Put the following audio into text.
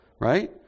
right